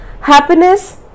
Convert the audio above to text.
Happiness